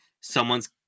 someone's